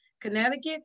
Connecticut